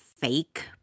fake